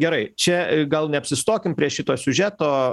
gerai čia gal neapsistokim prie šito siužeto